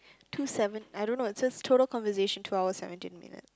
two seven I don't know it says total conversation two hours seventeen minute